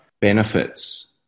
benefits